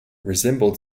resembled